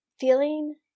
feeling